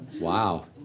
Wow